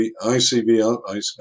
ICBL